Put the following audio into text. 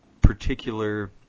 particular